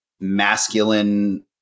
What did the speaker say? masculine